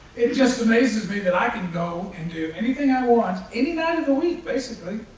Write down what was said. it just amazes me that i can go and do anything i want, any night of the week basically,